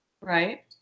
Right